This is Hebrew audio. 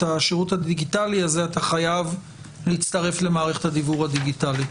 השירות הדיגיטלי הזה אתה חייב להצטרף למערכת הדיוור הדיגיטלית.